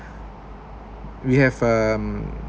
we have um